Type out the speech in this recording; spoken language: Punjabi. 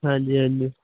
ਹਾਂਜੀ ਹਾਂਜੀ